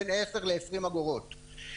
בין 10 ל-20 אגורות.